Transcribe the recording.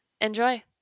Enjoy